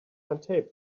untaped